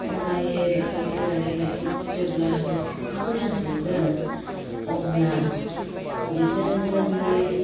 फरायो रोङै रायै जेब्ला ड'क्टरफोर जाहैगोन अब्ला बिसोरो जोंनि